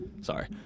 sorry